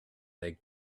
their